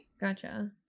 Gotcha